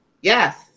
Yes